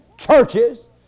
Churches